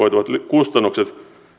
kustannukset